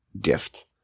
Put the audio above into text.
gift